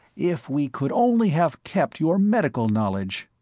if we could only have kept your medical knowledge!